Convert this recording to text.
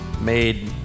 made